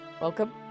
Welcome